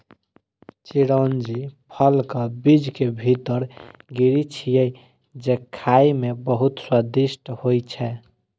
चिरौंजी फलक बीज के भीतर गिरी छियै, जे खाइ मे बहुत स्वादिष्ट होइ छै